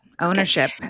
Ownership